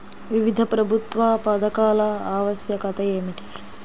వివిధ ప్రభుత్వా పథకాల ఆవశ్యకత ఏమిటి?